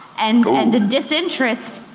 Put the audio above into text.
and the disinterest,